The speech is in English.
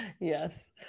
Yes